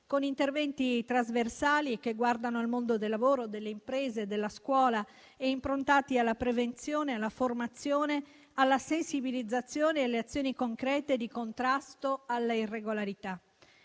con interventi trasversali che guardano al mondo del lavoro, delle imprese e della scuola e improntati alla prevenzione e alla formazione, alla sensibilizzazione e alle azioni concrete di contrasto all'irregolarità.